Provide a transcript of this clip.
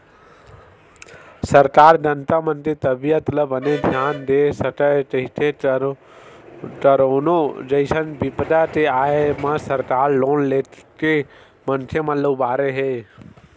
सरकार जनता मन के तबीयत ल बने धियान दे सकय कहिके करोनो जइसन बिपदा के आय म सरकार लोन लेके मनखे मन ल उबारे हे